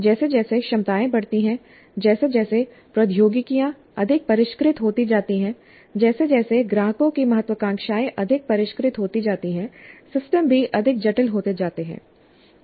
जैसे जैसे क्षमताएं बढ़ती हैं जैसे जैसे प्रौद्योगिकियां अधिक परिष्कृत होती जाती हैं जैसे जैसे ग्राहकों की महत्वाकांक्षाएं अधिक परिष्कृत होती जाती हैं सिस्टम भी अधिक जटिल होते जाते हैं